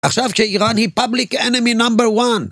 עכשיו שאיראן היא פבליק אנימי נמבר 1